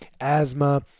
asthma